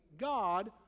God